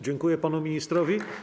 Dziękuję panu ministrowi.